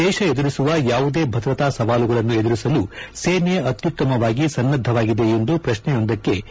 ದೇಶ ಎದುರಿಸುವ ಯಾವುದೇ ಭದ್ರತಾ ಸವಾಲುಗಳನ್ನು ಎದುರಿಸಲು ಸೇನೆ ಅತ್ಯುತ್ತಮವಾಗಿ ಸನ್ನದ್ದವಾಗಿದೆ ಎಂದು ಪ್ರಶ್ನೆಯೊಂದಕ್ಕೆ ಅವರು ಉತ್ತರಿಸಿದರು